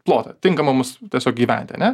plotą tinkamą mums tiesiog gyventi ane